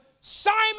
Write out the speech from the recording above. Simon